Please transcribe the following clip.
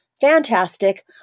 fantastic